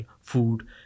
food